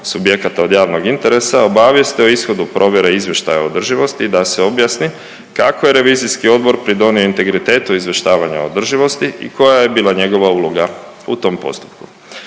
subjekata od javnog interesa obavijeste o ishodu provjere izvještaja o održivosti i da se objasni kako je revizijski odbor pridonio integritetu izvještavanja o održivosti i koja je bilateralna njegova uloga u tom postupku.